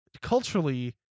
culturally